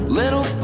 little